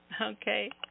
Okay